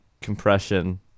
Compression